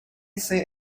say